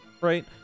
right